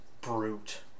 brute